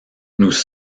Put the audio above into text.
nous